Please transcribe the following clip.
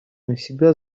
навсегда